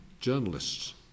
journalists